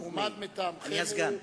אני הסגן.